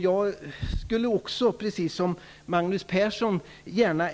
Jag vill, precis som Magnus Persson,